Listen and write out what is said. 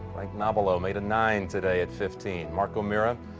like now below made a nine today. its fifteenth markel mera,